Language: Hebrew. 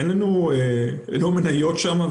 אין לנו מניות שם,